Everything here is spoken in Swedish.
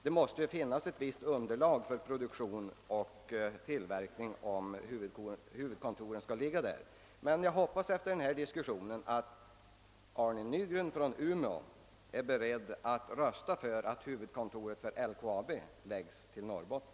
Det måste finnas ett visst underlag i form av produktion och tillverkning där huvudkontoret skall ligga. Jag hoppas efter denna diskussion att Arne Nygren från Umeå är beredd att rösta för att huvudkontoret för LKAB förläggs till Norrbotten.